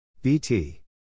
BT